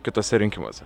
kituose rinkimuose